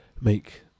make